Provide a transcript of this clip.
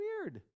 weird